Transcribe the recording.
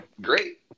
great